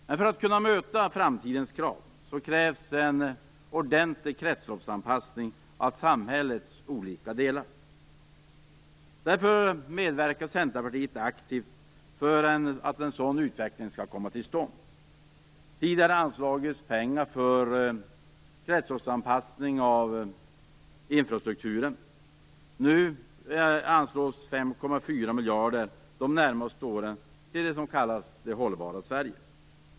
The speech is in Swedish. Men för att kunna möta framtidens krav krävs en ordentlig kretsloppsanpassning av samhällets olika delar. Därför medverkar Centerpartiet aktivt för att en sådan utveckling skall komma till stånd. Det har anslagits pengar för kretsloppsanpassning av infrastrukturen. Under de närmaste åren anslås 5,4 miljarder kronor till det som kallas det hållbara Sverige.